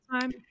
time